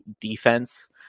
defense